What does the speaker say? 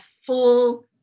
full